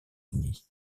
unis